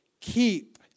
Keep